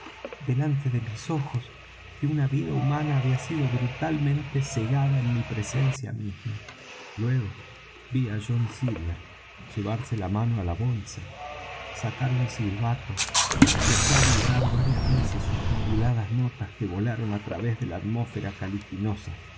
delante de mis ojos que una vida humana había sido brutalmente segada en mi presencia misma ví luego á john silver llevarse la mano á la bolsa sacar un silbato y hacer vibrar varias veces sus moduladas notas que volaron á través de la atmósfera